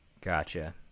Gotcha